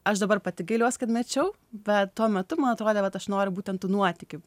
aš dabar pati gailiuos kad mečiau bet tuo metu man atrodė vat aš noriu būtent nuotykių